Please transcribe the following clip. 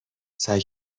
سعی